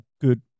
good